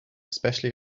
especially